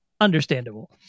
understandable